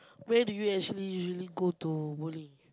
where do you actually usually go to bowling